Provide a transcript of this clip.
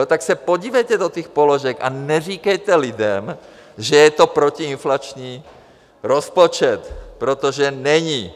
Tak se podívejte do těch položek a neříkejte lidem, že je to protiinflační rozpočet, protože není.